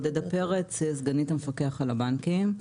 אני סגנית המפקח על הבנקים.